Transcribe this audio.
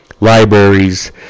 libraries